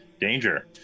Danger